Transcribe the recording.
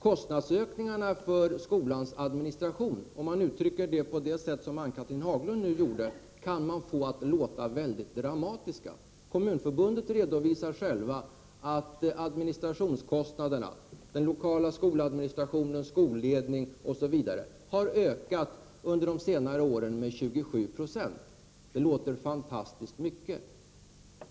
Kostnadsökningarna för skolans administration kan uttryckas på det sätt som Ann-Cathrine Haglund nyss gjorde, och då verkar de dramatiska. Kommunförbundet redovisar att administrationskostnaderna, den lokala skoladministrationen, skolledningen osv., under senare år har ökat med 27 Jo. Det låter väldigt mycket.